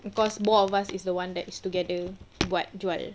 because both of us is the one that is together buat jual